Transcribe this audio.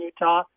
Utah